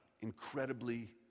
incredibly